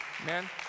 Amen